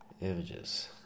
images